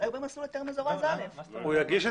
אולי הוא במסלול יותר מזורז א'.ץ הוא יגיש את